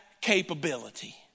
capability